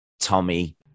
tommy